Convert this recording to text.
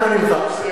אנא ממך.